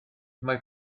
mae